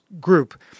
group